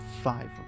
five